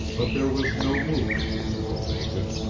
but there was no movement in omega,